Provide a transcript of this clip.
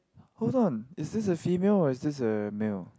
hold on is this a female or is this a male